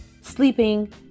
sleeping